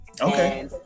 Okay